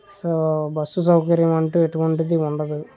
so bus సౌకర్యం అంటూ ఎటువంటిది ఉండదు